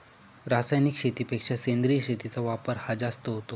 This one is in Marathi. रासायनिक शेतीपेक्षा सेंद्रिय शेतीचा वापर हा जास्त होतो